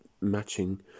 matching